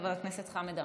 חבר הכנסת חמד עמאר.